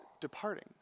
departing